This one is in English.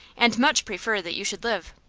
and much prefer that you should live.